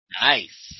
Nice